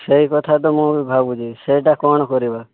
ସେହିକଥା ତ ମୁଁ ବି ଭାବୁଛି ସେହିଟା କ'ଣ କରିବା